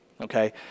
Okay